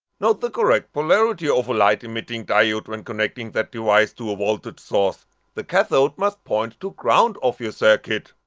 note the correct polarity of a light emitting diode when connecting that device to a voltage source the cathode must point to ground of your circuit.